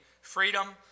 freedom